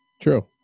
True